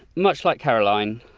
much like caroline,